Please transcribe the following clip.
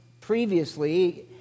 previously